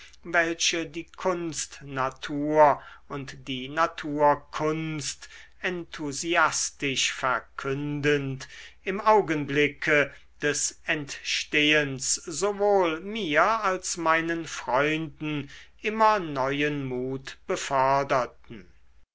welche die kunstnatur und die naturkunst enthusiastisch verkündend im augenblicke des entstehens sowohl mir als meinen freunden immer neuen mut beförderten